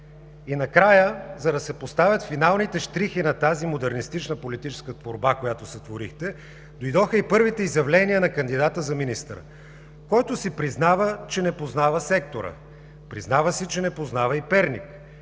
И накрая, за да се поставят финалните щрихи на тази модернистична политическа творба, която сътворихте, дойдоха и първите изявления на кандидата за министър, който си признава, че не познава сектора; признава си, че не познава и Перник;